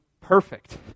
perfect